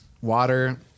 water